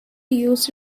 used